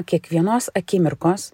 kiekvienos akimirkos